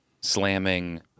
slamming